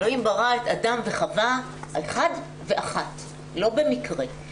אלוהים ברא את אדם וחוה אחד ואחת לא במקרה,